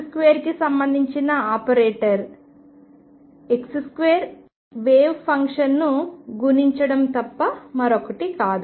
x2 కి సంబంధించిన operator x2 wave ఫంక్షన్ను గుణించడం తప్ప మరొకటి కాదు